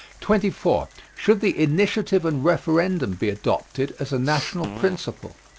twenty four. should the initiative and referendum be adopted as a national principle?